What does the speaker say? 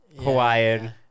Hawaiian